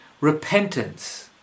repentance